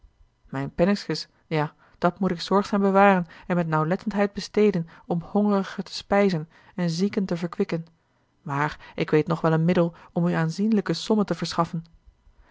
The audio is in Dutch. mijn penninkske ja dat moet ik zorgzaam bewaren en met nauwlettendheid besteden om hongerigen te spijzen en zieken te verkwikken maar ik weet toch nog wel een middel om u aanzienlijke sommen te verschaffen